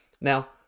Now